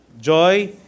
joy